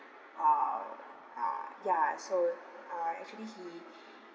uh uh ya so uh actually he